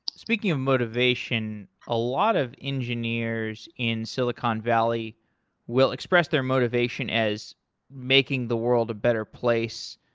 speaking of motivation, a lot of engineers in silicon valley will express their motivation as making the world a better place.